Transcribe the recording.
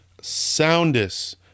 soundest